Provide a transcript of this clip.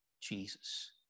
Jesus